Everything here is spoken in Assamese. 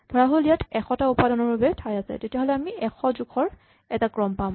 ধৰাহ'ল ইয়াত ১০০ টা উপাদানৰ বাবে ঠাই আছে তেতিয়া আমি ১০০ জোখৰ এটা ক্ৰম পাম